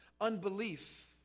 unbelief